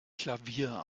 klavier